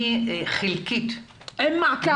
אין מעקב.